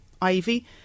ivy